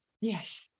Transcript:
Yes